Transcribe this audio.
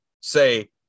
say